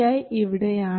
vi ഇവിടെയാണ്